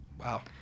Wow